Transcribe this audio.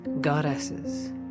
goddesses